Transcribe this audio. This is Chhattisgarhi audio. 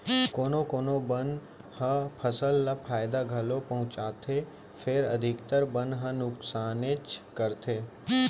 कोना कोनो बन ह फसल ल फायदा घलौ पहुँचाथे फेर अधिकतर बन ह नुकसानेच करथे